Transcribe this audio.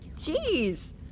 Jeez